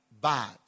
bad